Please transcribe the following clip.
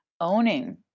owning